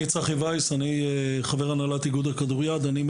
אני צחי וייס מהנהלת איגוד הכדוריד.